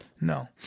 No